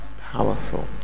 Powerful